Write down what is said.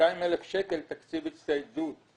200,000 שקלים תקציב הצטיידות.